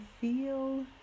feel